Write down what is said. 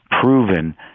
proven